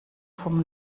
vom